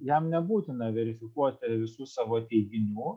jam nebūtina verifikuoti visų savo teiginių